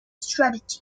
strategy